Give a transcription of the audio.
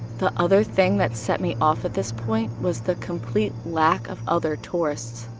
the other thing that set me off at this point was the complete lack of other tourists.